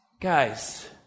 Guys